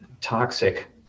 toxic